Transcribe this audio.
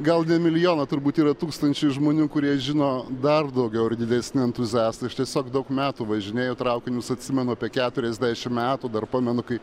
gal ne milijoną turbūt yra tūkstančiai žmonių kurie žino dar daugiau ir didesni entuziastai aš tiesiog daug metų važinėju traukinius atsimenu apie keturiasdešim metų dar pamenu kai